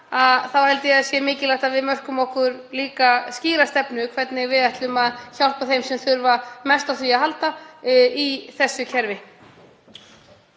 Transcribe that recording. tel ég mikilvægt að við mörkum okkur skýra stefnu um hvernig við ætlum að hjálpa þeim sem þurfa mest á því að halda í þessu kerfi.